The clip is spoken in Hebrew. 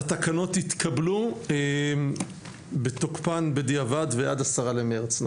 אין התקנות התקבלו בתוקפן בדיעבד ועד ה- 10 למרץ.